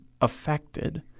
affected